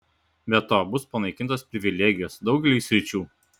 be to bus panaikintos privilegijos daugeliui sričių